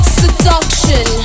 seduction